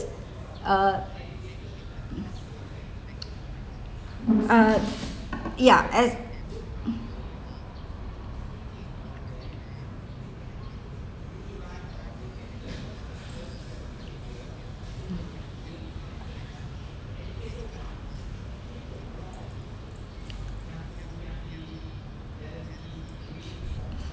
uh uh yeah as